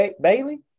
Bailey